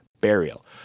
burial